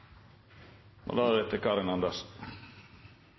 og deretter